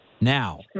Now